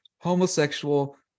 homosexual